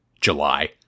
July